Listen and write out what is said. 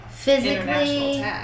Physically